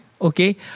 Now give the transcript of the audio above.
okay